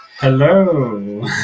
Hello